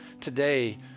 today